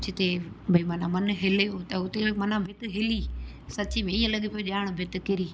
जिते भई माना मनु हिले त हुते माना भित हिली सची में ईअं लॻे पियो ॼाण भित किरी